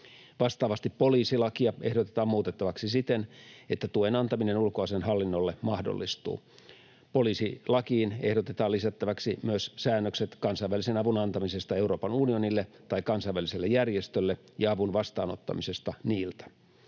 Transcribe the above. Vastaavasti poliisilakia ehdotetaan muutettavaksi siten, että tuen antaminen ulkoasiainhallinnolle mahdollistuu. Poliisilakiin ehdotetaan lisättäväksi myös säännökset kansainvälisen avun antamisesta Euroopan unionille tai kansainväliselle järjestölle ja avun vastaanottamisesta niiltä.